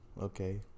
okay